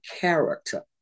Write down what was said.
character